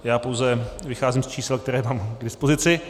Já pouze vycházím z čísel, které mám k dispozici.